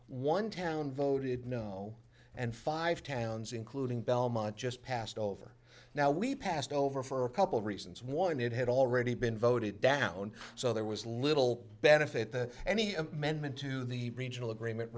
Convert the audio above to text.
one town voted no and five towns including belmont just passed over now we passed over for a couple of reasons one that had already been voted down so there was little benefit that any amendment to the regional agreement